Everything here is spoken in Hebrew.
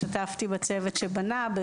השתתפתי בצוות שבנה,